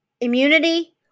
immunity